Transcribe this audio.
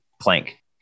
Plank